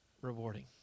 rewarding